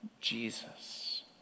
Jesus